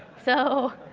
so,